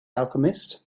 alchemist